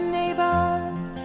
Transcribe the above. neighbors